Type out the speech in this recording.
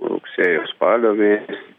rugsėjo spalio mėnesį